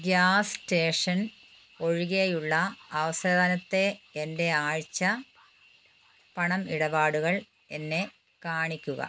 gas station ഒഴികെയുള്ള അവസാനത്തെ എൻ്റെ ആഴ്ച പണം ഇടപാടുകൾ എന്നെ കാണിക്കുക